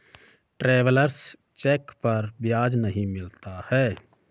travellers cheque पर ब्याज नहीं मिलता है